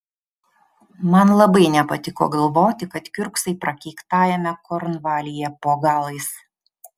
man labai nepatiko galvoti kad kiurksai prakeiktajame kornvalyje po galais